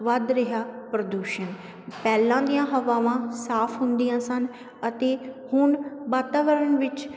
ਵੱਧ ਰਿਹਾ ਪ੍ਰਦੂਸ਼ਣ ਪਹਿਲਾਂ ਦੀਆਂ ਹਵਾਵਾਂ ਸਾਫ ਹੁੰਦੀਆਂ ਸਨ ਅਤੇ ਹੁਣ ਵਾਤਾਵਰਨ ਵਿੱਚ